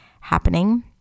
happening